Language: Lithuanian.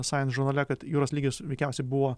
science žurnale kad jūros lygis veikiausiai buvo